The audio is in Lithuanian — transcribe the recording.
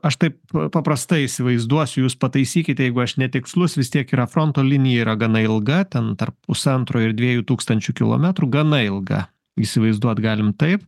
aš taip paprastai įsivaizduosiu jus pataisykite jeigu aš netikslus vis tiek yra fronto linija yra gana ilga ten tarp pusantro ir dviejų tūkstančių kilometrų gana ilga įsivaizduot galim taip